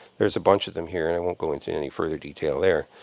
there's a bunch of them here. and i won't go into any further detail there.